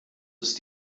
ist